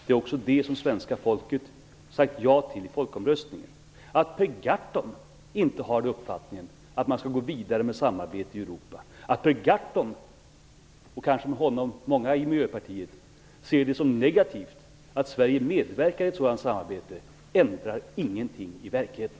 Det är det som det svenska folket sagt ja till i folkomröstningen. Att Per Gahrton inte har den uppfattningen att man skall gå vidare med samarbete i Europa och att Per Gahrton - och kanske många med honom i Miljöpartiet - ser det som negativt att Sverige medverkar i ett sådant samarbete ändrar ingenting i verkligheten.